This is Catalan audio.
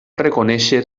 reconèixer